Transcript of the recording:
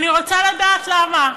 אני רוצה לדעת למה.